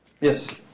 Yes